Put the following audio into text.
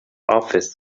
office